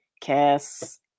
Kiss